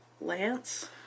Lance